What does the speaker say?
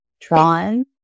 drawn